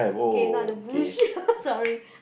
K now the bush sorry